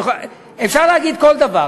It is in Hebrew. אפשר להגיד כל דבר,